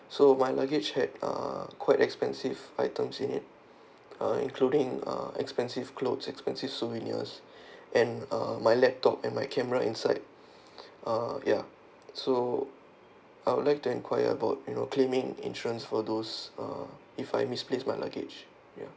so my luggage had uh quite expensive items in it uh including an uh expensive clothes expensive souvenirs and uh my laptop and my camera inside uh ya so I would like to inquire about you know claiming insurance for those uh if I misplaced my luggage ya